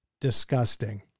disgusting